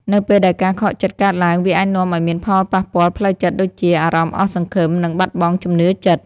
នៅពេលដែលការខកចិត្តកើតឡើង វាអាចនាំឲ្យមានផលប៉ះពាល់ផ្លូវចិត្តដូចជា អារម្មណ៍អស់សង្ឃឹម និងបាត់បង់ជំនឿចិត្ត។